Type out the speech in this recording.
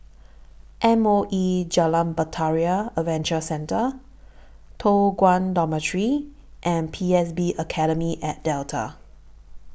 M O E Jalan Bahtera Adventure Centre Toh Guan Dormitory and P S B Academy At Delta